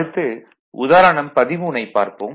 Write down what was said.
அடுத்து உதாரணம் 13 ஐப் பார்ப்போம்